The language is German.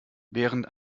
während